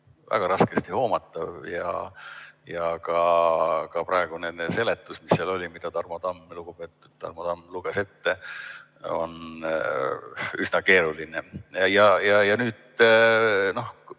väga raskesti hoomatav ja ka praegune seletus, mis seal oli, mida lugupeetud Tarmo Tamm luges ette, on üsna keeruline. Ma ei saanud